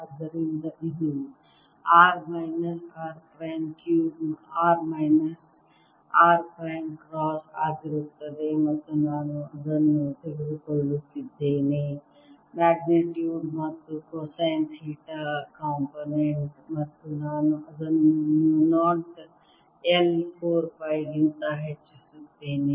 ಆದ್ದರಿಂದ ಇದು r minus r prime cube r minus r prime cross ಆಗಿರುತ್ತದೆ ಮತ್ತು ನಾನು ಅದನ್ನು ತೆಗೆದುಕೊಳ್ಳುತ್ತಿದ್ದೇನೆ ಮ್ಯಾಗ್ನಿಟ್ಯೂಡ್ ಮತ್ತು ಕೊಸೈನ್ ಥೀಟಾ ಕಾಂಪೊನೆಂಟ್ ಮತ್ತು ನಾನು ಅದನ್ನು mu 0 I 4 pi ಗಿಂತ ಹೆಚ್ಚಿಸುತ್ತೇನೆ